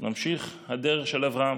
ממשיך הדרך של אברהם.